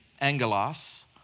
Angelos